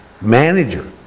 manager